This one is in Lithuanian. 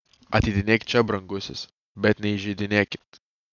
ateidinėk čia brangusis bet neįžeidinėkit